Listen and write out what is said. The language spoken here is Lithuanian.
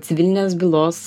civilinės bylos